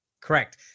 correct